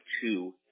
two